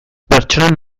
pertsonen